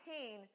pain